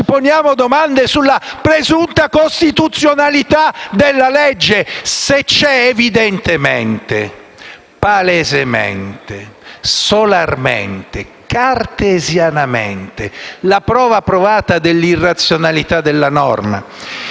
ci poniamo domande sulla presunta costituzionalità della legge, quando c'è evidentemente, palesemente, solarmente, cartesianamente la prova provata dell'irrazionalità della norma?